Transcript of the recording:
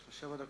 יש לך שבע דקות.